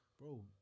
bro